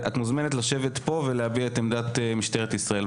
את מוזמנת לשבת כאן ולהביע את עמדת משטרת ישראל.